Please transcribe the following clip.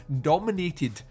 dominated